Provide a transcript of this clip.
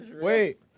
Wait